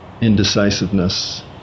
indecisiveness